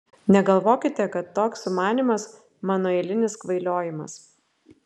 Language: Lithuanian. negalvokite kad toks sumanymas mano eilinis kvailiojimas